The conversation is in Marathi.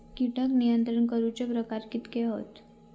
कीटक नियंत्रण करूचे प्रकार कितके हत?